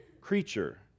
creature